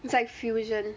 it's like fusion